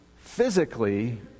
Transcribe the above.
physically